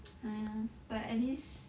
!aiya! but at least